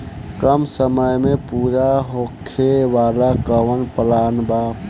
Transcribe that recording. कम समय में पूरा होखे वाला कवन प्लान बा?